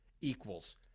equals